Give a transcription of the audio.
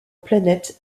planet